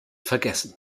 vergessen